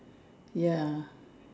ya